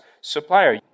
supplier